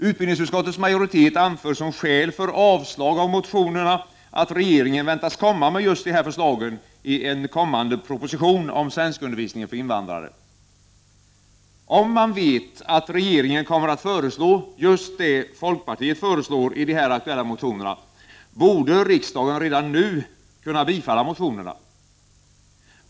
Utbildningsutskottets majoritet anför som skäl för avslag av motionerna att regeringen väntas komma med just de här förslagen i en kommande proposition om svenskundervisningen för invandrare. Om man vet, att regeringen kommer att föreslå just det folkpartiet föreslår i de här aktuella motionerna, borde riksdagen redan nu kunna bifalla motionerna.